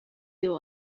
деп